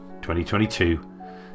2022